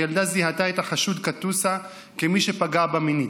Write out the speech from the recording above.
הילדה זיהתה את החשוד קטוסה כמי שפגע בה מינית.